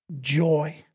joy